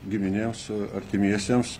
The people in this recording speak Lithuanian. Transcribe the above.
giminėms artimiesiems